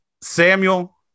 Samuel